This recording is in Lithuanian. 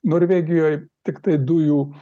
norvegijoj tiktai dujų